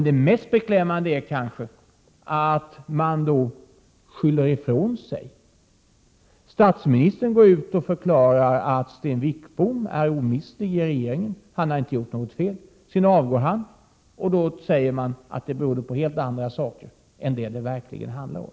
Det mest beklämmande är kanske är att man skyller ifrån sig. Statsministern går ut och förklarar att Sten Wickbom är omistlig i regeringen och att han inte har gjort något fel. Sedan avgår Sten Wickbom, och då säger man att det berodde på helt andra saker än det som det verkligen handlade om.